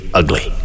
ugly